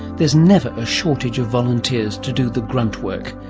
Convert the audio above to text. there's never a shortage of volunteers to do the grunt work.